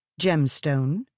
Gemstone